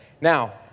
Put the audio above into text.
Now